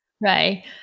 Right